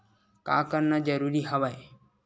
का करना जरूरी हवय?